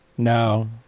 No